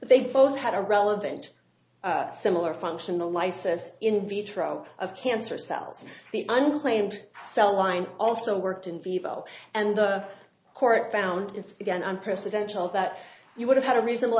they both had a relevant similar function the license in vitro of cancer cells the unplanned cell line also worked in vivo and the court found its again unpresidential that you would have had a reasonable